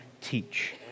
teach